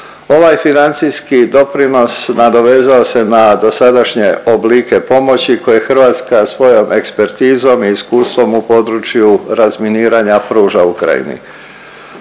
Ovaj financijski doprinos nadovezao se na dosadašnje oblike pomoći koje Hrvatska svojom ekspertizom i iskustvom u području razminiranja pruža Ukrajini.